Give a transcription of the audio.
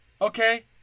Okay